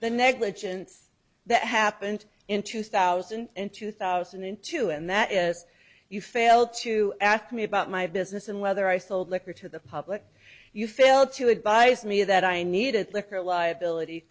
the negligence that happened in two thousand and two thousand and two and that is you failed to ask me about my business and whether i sold liquor to the public you failed to advice me that i needed liquor liability